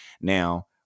Now